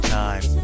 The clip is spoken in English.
time